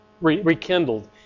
Rekindled